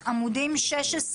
פרק ח', עמוד 11,